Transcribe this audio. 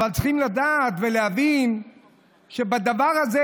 אבל צריכים לדעת ולהבין שבדבר הזה,